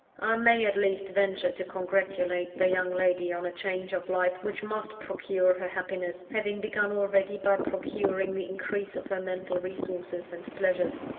i may at least venture to congratulate the young lady on a change of life which must procure her happiness, having begun already by procuring the increase of her mental resources and pleasures.